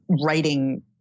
writing